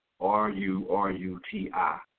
R-U-R-U-T-I